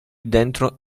dentro